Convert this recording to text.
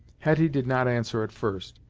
hetty did not answer at first,